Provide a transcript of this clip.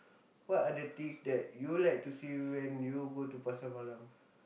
what are the things you like to see when you go to Pasar Malam